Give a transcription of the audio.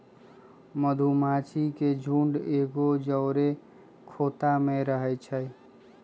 मधूमाछि के झुंड एके जौरे ख़ोता में रहै छइ